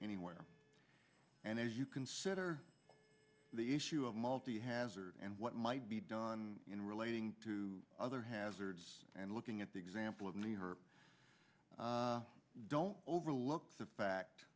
anywhere and as you consider the issue of multi hazard and what might be done in relating to other hazards and looking at the example of need her don't overlook the fact